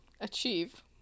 Achieve